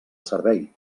servei